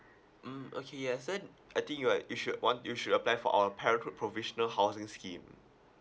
mm okay yes and I think you uh you should want you should apply for our parenthood provisional housing scheme